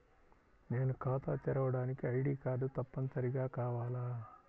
నేను ఖాతా తెరవడానికి ఐ.డీ కార్డు తప్పనిసారిగా కావాలా?